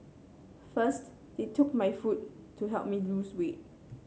first they took my food to help me lose weight